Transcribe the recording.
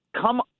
come